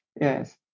Yes